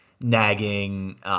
nagging